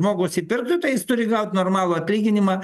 žmogus įpirktų tai jis turi gaut normalų atlyginimą